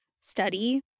study